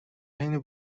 حین